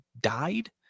died